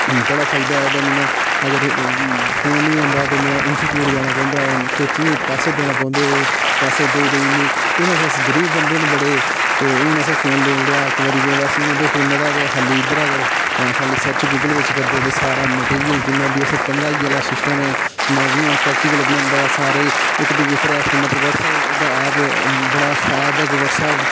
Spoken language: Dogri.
बड़ा फायदा ऐ एह्दा नेईं तां अगर फोन निं होंदा हा तां में इंस्टीट्यूट जाना पौंदा हा कोचिंग दे पैसे देना पौंदे हे पैसे देई देई इ'न्ने कु'त्थां दा अस गरीब बंदे न बड़े हून असें फोन लेई ओड़ेआ इक बारी ते बस हून एह्दे फोनै दा गै उद्धरा खा'ल्ली सर्च गूगल बिच करदे ते सारा मटेरियल जि'न्ना बी असें पढ़ाई आह्ला सिस्टम ऐ में हून जि'यां प्रैक्टिकल बनांदा सारे इक दूऐ पर व्हाट्सएप दा ऐप बड़ा अच्छा ऐप ऐ इक व्हाट्सएप